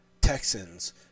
Texans